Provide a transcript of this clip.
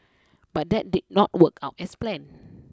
but that did not work out as planned